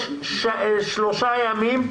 שלושה ימים,